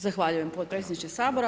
Zahvaljujemo potpredsjedniče Sabora.